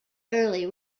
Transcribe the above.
early